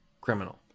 criminal